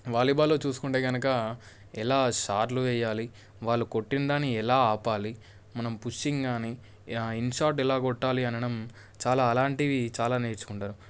వాలీబాల్లో చూసుకుంటే కనుక ఎలా సార్లు వెయ్యాలి వాళ్ళు కొట్టిందాన్ని ఎలా ఆపాలి మనం పుషింగ్ గానీ ఇన్షార్ట్ ఎలా కొట్టాలి అనడం చాలా అలాంటివి చాలా నేర్చుకుంటారు